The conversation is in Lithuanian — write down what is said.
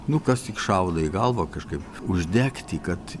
nu kas tik šauna į galvą kažkaip uždegti kad